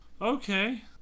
Okay